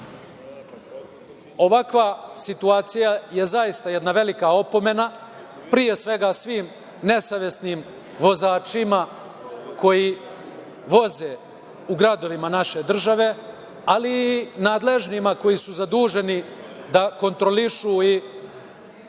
Ovakva situacija je zaista jedna velika opomena, pre svega, svim nesavesnim vozačima koji voze u gradovima naše države, ali i nadležnima koji su zaduženi da kontrolišu i